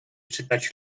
czytać